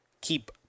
keep